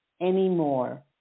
anymore